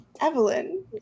Evelyn